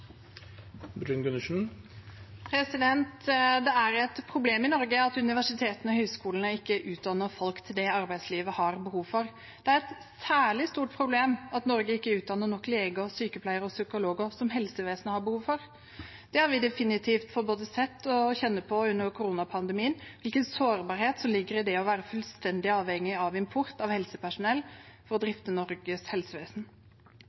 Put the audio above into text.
Det er et problem i Norge at universitetene og høyskolene ikke utdanner folk til det arbeidslivet har behov for. Det er et særlig stort problem at Norge ikke utdanner nok leger, sykepleiere og psykologer, som helsevesenet har behov for. Vi har definitivt både sett og kjent på under koronapandemien hvilken sårbarhet som ligger i det å være fullstendig avhengig av import av helsepersonell for å drifte Norges helsevesen.